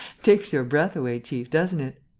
takes your breath away, chief, doesn't it?